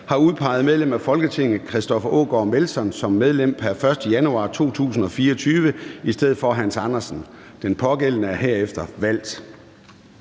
har udpeget medlem af Folketinget Christoffer Aagaard Melson som medlem pr. 1. januar 2024 i stedet for Hans Andersen. Den pågældende er herefter valgt.